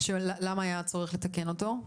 למה היה צורך לתקן אותו?